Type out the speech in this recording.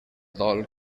dol